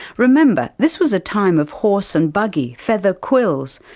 remember, this was a time of horse and buggy, feather quills,